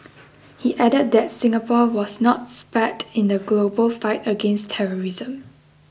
he added that Singapore was not spared in the global fight against terrorism